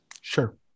Sure